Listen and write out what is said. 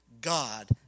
God